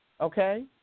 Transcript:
okay